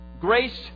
grace